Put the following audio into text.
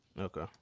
Okay